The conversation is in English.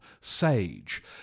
SAGE